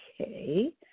Okay